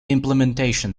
implementation